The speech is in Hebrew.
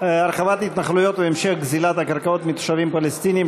הרחבת ההתנחלויות והמשך גזלת הקרקעות מהתושבים הפלסטינים,